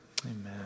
Amen